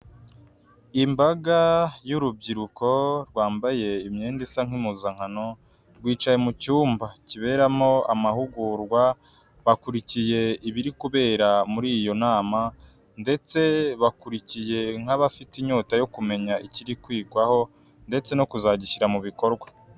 Imbaga y'urubyiruko rwambaye imyenda isa nk'impuzankano, rwicaye mu cyumba kiberamo amahugurwa, bakurikiye ibiri kubera muri iyo nama ndetse bakurikiye nk'abafite inyota yo kumenya ikiri kwigwaho, ndetse no kuzagishyira mu bikorwa.